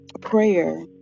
prayer